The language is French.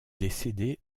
décédé